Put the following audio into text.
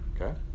Okay